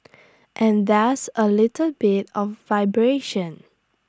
and there's A little bit of vibration